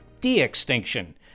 de-extinction